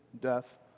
death